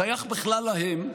שייך בכלל להם,